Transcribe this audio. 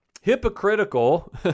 hypocritical